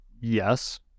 yes